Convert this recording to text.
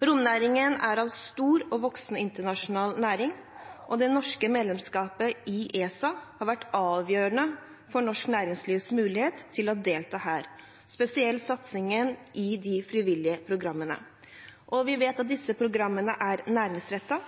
Romnæringen er en stor og voksende internasjonal næring, og det norske medlemskapet i ESA har vært avgjørende for norsk næringslivs mulighet til å delta her, spesielt satsingen i de frivillige programmene. Vi vet at disse